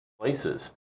places